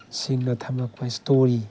ꯁꯤꯡꯅ ꯊꯝꯃꯛꯄ ꯏꯁꯇꯣꯔꯤ